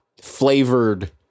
flavored